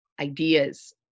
Ideas